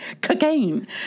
cocaine